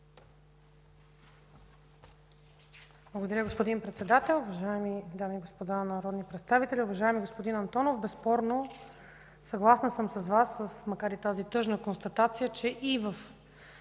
Благодаря, господин Председател. Уважаеми дами и господа народни представители! Уважаеми господин Антонов, безспорно, съгласна съм с Вас, макар и с тази тъжна констатация, че и в